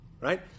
Right